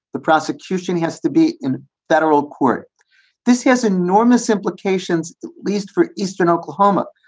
the prosecution has to be in federal court this has enormous implications, least for eastern oklahoma,